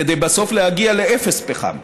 כדי בסוף להגיע לאפס פחם.